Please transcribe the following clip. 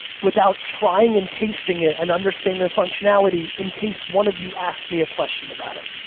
without trying and tasting it and understanding the functionality in case one of you asked me a question about it.